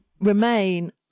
remain